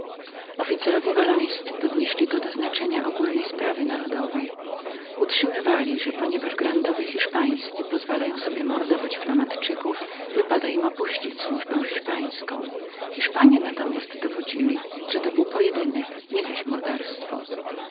officerowie wallońscy podnieśli go do znaczenia ogólnej sprawy narodowej utrzymywali że ponieważ grandowie hiszpańscy pozwalali sobie mordować flamandczyków wypadało im opuścić służbę hiszpańską hiszpanie nawzajem dowodzili że to był pojedynek nie zaś morderstwo